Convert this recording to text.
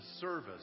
service